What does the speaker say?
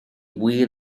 wir